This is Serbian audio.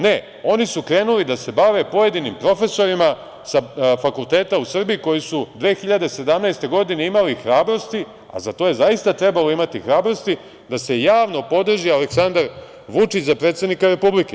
Ne, oni su krenuli da se bave pojedinim profesorima sa fakulteta u Srbiji koji su 2017. godine imali hrabrosti, a za to je zaista trebalo imati hrabrosti, da se javno podrži Aleksandar Vučić za predsednika Republike.